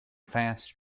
fast